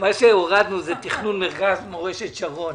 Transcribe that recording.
שהורדנו זה תכנון מרכז מורשת שרון.